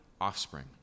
offspring